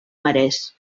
marès